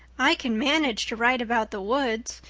i can manage to write about the woods,